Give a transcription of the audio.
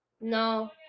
No